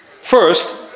First